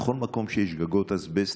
בכל מקום שיש גגות אסבסט,